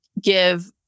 give